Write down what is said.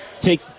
take